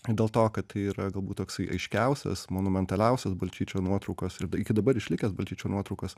ir dėl to kad tai yra galbūt toksai aiškiausias monumentaliausias balčyčio nuotraukos ir iki dabar išlikęs balčyčio nuotraukos